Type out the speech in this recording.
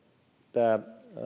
tämä